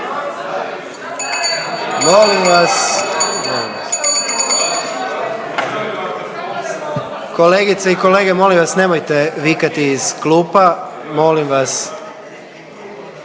Molim vas! Kolegice i kolege molim vas nemojte vikati iz klupa. Molim vas!